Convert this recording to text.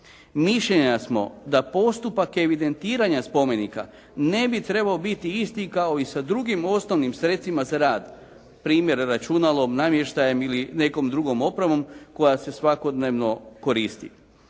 Mišljenja smo da postupak evidentiranja spomenika ne bi trebao biti isti kao i sa drugim osnovnim sredstvima za rad primjer računalom, namještajem ili nekom drugom opremom koja se svakodnevno koristi